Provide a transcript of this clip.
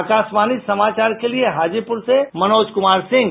आकाशवाणी समाचार के लिए हाजीपुर से मनोज कुमार सिंह